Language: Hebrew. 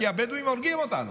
כי הבדואים הורגים אותנו.